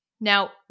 Now